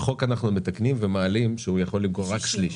בחוק אנחנו מתקנים ואומרים שהוא יכול למכור רק שליש.